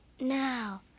Now